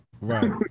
Right